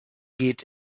geht